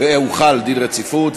אין מתנגדים.